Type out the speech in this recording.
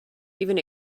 even